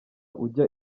ujya